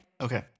okay